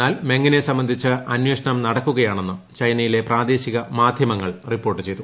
എന്നാൽ മെങ്നെ സംബന്ധിച്ച് അന്വേഷണം നടക്കുകയാണെന്ന് ചൈനയിലെ പ്രാദേശിക മാധ്യമങ്ങൾ റിപ്പോർട്ട് ചെയ്തു